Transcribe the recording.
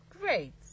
Great